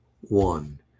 one